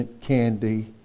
candy